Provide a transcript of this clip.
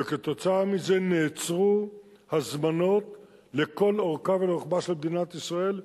וכתוצאה מזה נעצרו הזמנות לכל אורכה ורוחבה של מדינת ישראל,